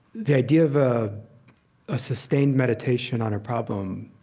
the idea of ah a sustained meditation on a problem,